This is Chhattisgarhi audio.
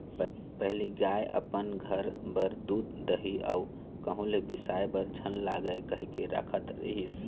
पहिली गाय अपन घर बर दूद, दही अउ कहूँ ले बिसाय बर झन लागय कहिके राखत रिहिस